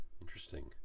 interesting